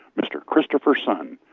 mr. christopher sun.